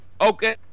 Okay